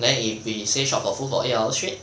then if we say shop for food for eight hours straight